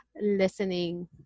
listening